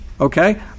okay